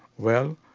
well,